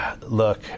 Look